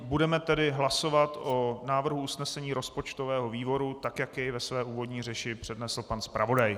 Budeme tedy hlasovat o návrhu usnesení rozpočtového výboru tak, jak jej ve své úvodní řeči přednesl pan zpravodaj.